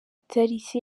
itariki